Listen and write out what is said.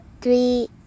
three